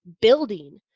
building